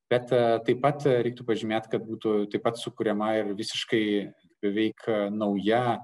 bet taip pat reiktų pažymėti kad būtų taip pat sukuriama ir visiškai beveik nauja